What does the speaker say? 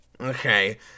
Okay